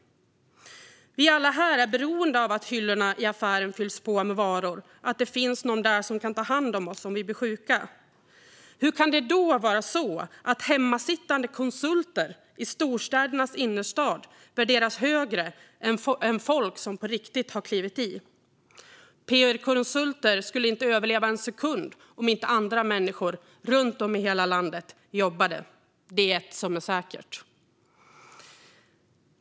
Vi alla här är beroende av att hyllorna i affären fylls på med varor och att det finns någon där som kan ta hand om oss om vi blir sjuka. Hur kan det då vara så att hemmasittande konsulter i storstädernas innerstad värderas högre än folk som på riktigt klivit i? Pr-konsulter skulle inte överleva en sekund om inte andra människor runt om i hela landet jobbade. Det är ett som är säkert.